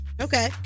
Okay